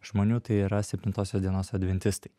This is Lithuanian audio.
žmonių tai yra septintosios dienos adventistai